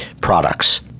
products